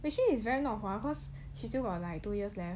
we actually is very not hua cause she got like two years left